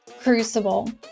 Crucible